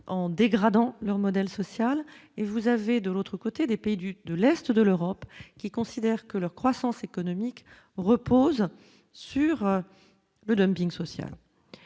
en dégradant leur modèle social et vous avez de l'autre côté des pays du de l'Est de l'Europe, qui considèrent que leur croissance économique repose sur le dumping social